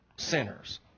Sinners